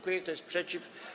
Kto jest przeciw?